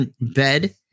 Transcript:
bed